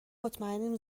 مطمئنیم